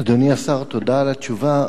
אדוני השר, תודה על התשובה.